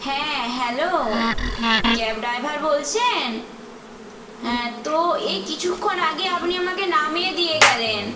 হ্যাঁ hello cab driver বলছেন হ্যাঁ তো এই কিছুক্ষণ আগে আপনি আমাকে নামিয়ে দিয়ে গেলেন